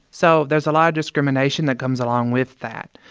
so there's a lot of discrimination that comes along with that.